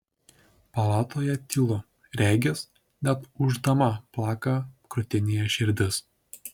palatoje tylu regis net ūždama plaka krūtinėje širdis